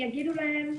יגידו להם: